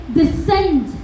descend